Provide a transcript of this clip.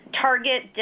target